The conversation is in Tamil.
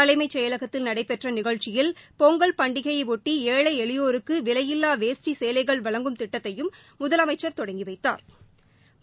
தலைமைச் செயலகத்தில் நடைபெற்ற நிகழ்ச்சியில் பொங்கல் பண்டிகையயொட்டி ஏழை எளியோருக்கு விலையில்லா வேட்டி சேலைகள் வழங்கும் திட்டத்தையும் முதலமைச்சா் தொடங்கி வைத்தாா்